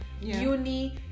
uni